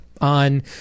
on